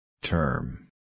Term